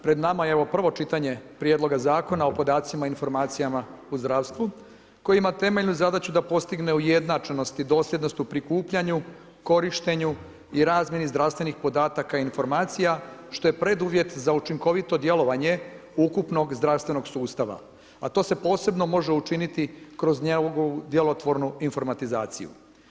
Pred nama je prvo čitanje Prijedloga Zakona o podacima i informacijama u zdravstvu koji ima temeljnu zadaću da postigne ujednačenost i dosljednost u prikupljanju, korištenju i razmjeni zdravstvenih podataka i informacija, što je preduvjet za učinkovito djelovanje ukupnog zdravstvenog sustava, a to se posebno može učiniti kroz njegovu djelotvornu informatizaciju.